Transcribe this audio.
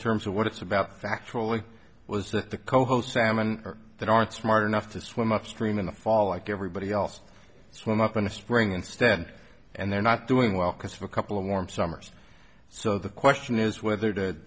terms of what it's about factually was that the coho salmon that aren't smart enough to swim upstream in the fall like everybody else swim up in the spring instead and they're not doing well because for a couple of warm summer's so the question is whether to